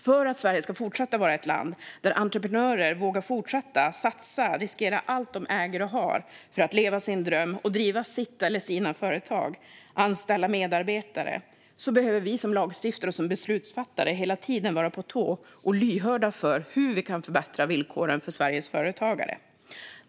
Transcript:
För att Sverige ska fortsätta vara ett land där entreprenörer vågar fortsätta satsa, riskera allt de äger och har för att leva sin dröm, driva sitt eller sina företag och anställa medarbetare behöver vi som lagstiftare och beslutsfattare hela tiden vara på tå och lyhörda för hur vi kan förbättra villkoren för Sveriges företagare.